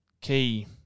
key